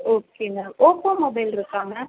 okay ma'am Oppo mobile இருக்கா ma'am